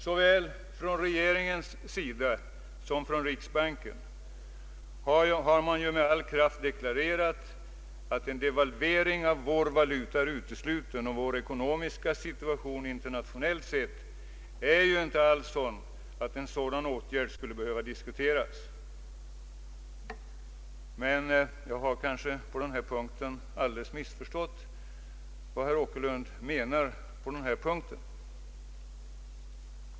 Såväl regeringen som riksbanken har med all kraft deklarerat att en devalvering av vår valuta är utesluten. Vår ekonomiska situation internationellt sett är inte alls sådan att en dylik åtgärd skulle behöva diskuteras. Men jag har kanske på denna punkt alldeles missförstått herr Åkerlund.